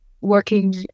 working